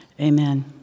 Amen